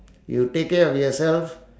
you take care of yourself